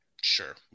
Sure